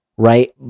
Right